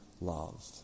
love